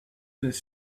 this